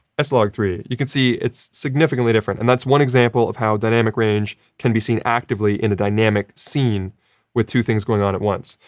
like three. you can see it's significantly different, and that's one example of how dynamic range can be seen actively in a dynamic scene with two things going on at once.